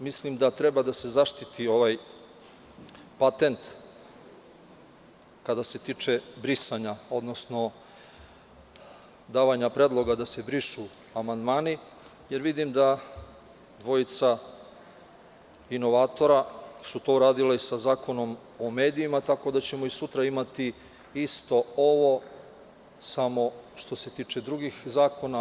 Mislim da treba da se zaštiti ovaj patent kada se tiče brisanja, odnosno davanja predloga da se brišu amandmani, jer vidim da dvojica inovatora su to uradila i sa Zakonom o medijima, tako da ćemo i sutra imati isto ovo, samo što se tiče drugih zakona.